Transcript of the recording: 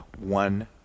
One